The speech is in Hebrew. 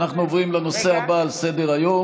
אנחנו עוברים לנושא הבא על סדר-היום.